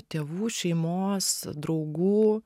tėvų šeimos draugų